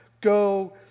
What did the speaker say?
go